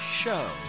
show